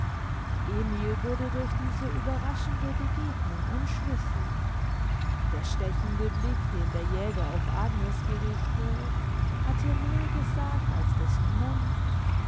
emil wurde durch diese überraschende begegnung unschlüssig der stechende blick den der jäger auf agnes gerichtet hatte mehr gesagt als dessen mund